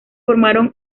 formaron